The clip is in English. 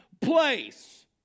place